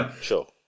Sure